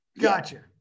Gotcha